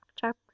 Chapter